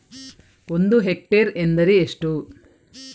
ಒಂದು ಹೆಕ್ಟೇರ್ ಎಂದರೆ ಎಷ್ಟು?